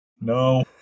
No